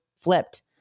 flipped